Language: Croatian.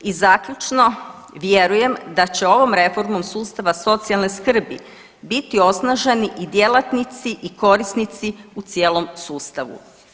I zaključno vjerujem da će ovom reformom sustava socijalne skrbi biti osnaženi i djelatnici i korisnici u cijelom sustavu.